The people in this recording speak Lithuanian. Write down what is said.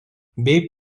bei